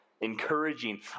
encouraging